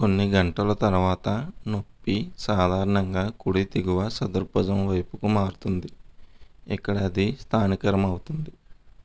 కొన్ని గంటల తర్వాత నొప్పి సాధారణంగా కుడి దిగువ చతుర్భుజం వైపుకు మారుతుంది ఇక్కడ అది స్థానికరం అవుతుంది